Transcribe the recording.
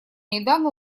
недавно